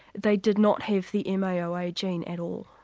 they did not have the maoa gene at all.